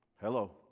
Hello